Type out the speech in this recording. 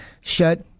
shut